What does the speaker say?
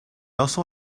also